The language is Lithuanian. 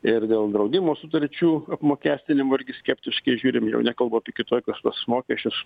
ir dėl draudimo sutarčių apmokestinimo irgi skeptiškai žiūrim jau nekalbu apie kitokius tuos mokesčius